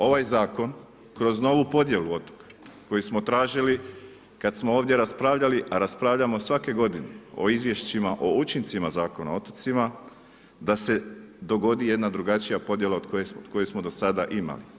Ovaj zakon kroz novu podjelu otoka koji smo tražili kad smo ovdje raspravljali, a raspravljamo svake godine o izvješćima, o učincima Zakona o otocima, da se dogodi jedna drugačija podjela od koje smo do sada imali.